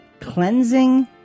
Cleansing